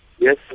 Yes